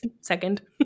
second